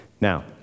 Now